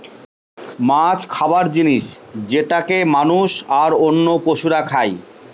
মাছ খাবার জিনিস যেটাকে মানুষ, আর অন্য পশুরা খাই